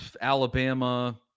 Alabama